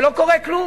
ולא קורה כלום.